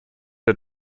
der